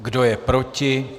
Kdo je proti?